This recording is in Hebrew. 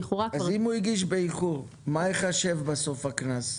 אם הוא הגיש באיחור, מה ייחשב בסוף הקנס?